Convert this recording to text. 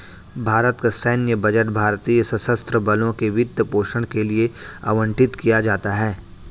भारत का सैन्य बजट भारतीय सशस्त्र बलों के वित्त पोषण के लिए आवंटित किया जाता है